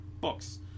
books